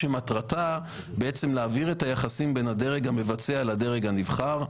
שמטרתה להעביר את היחסים בין הדרג המבצע לדרג הנבחר.